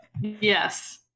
Yes